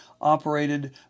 operated